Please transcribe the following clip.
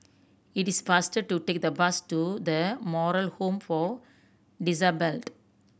it is faster to take the bus to The Moral Home for Disabled